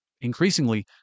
Increasingly